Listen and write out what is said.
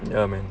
ya man